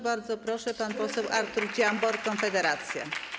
Bardzo proszę, pan poseł Artur Dziambor, Konfederacja.